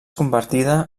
convertida